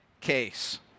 case